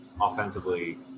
offensively